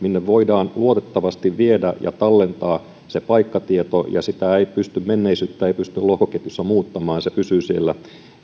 voidaan luotettavasti viedä ja tallentaa se paikkatieto ja sitä menneisyyttä ei pysty lohkoketjussa muuttamaan se pysyy siellä